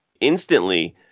instantly